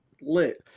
Lit